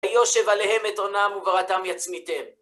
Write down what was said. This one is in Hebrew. וישב עליהם את אונם וברעתם יצמיתם